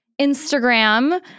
Instagram